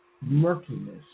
murkiness